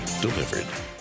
delivered